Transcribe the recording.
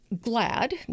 Glad